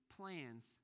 plans